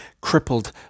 crippled